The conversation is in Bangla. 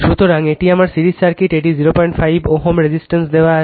সুতরাং এটি আমার সিরিজ সার্কিট এটি 05 Ω রেজিস্ট্যান্স দেওয়া হয়েছে